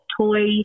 toy